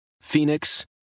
Phoenix